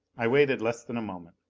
i waited less than a moment.